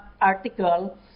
article